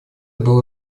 было